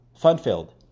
fun-filled